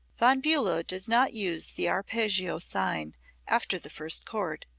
von bulow does not use the arpeggio sign after the first chord.